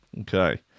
Okay